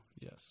yes